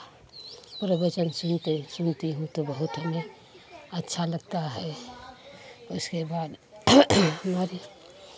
प्रवचन सुनते सुनती हूँ तो बहुत हमें अच्छा लगता है उसके बाद हमारी